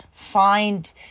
find